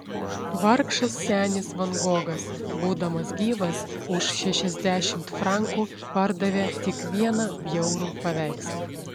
vargšas senis van gogas būdamas gyvas už šešiasdešimt frankų pardavė tik vieną bjaurų paveikslą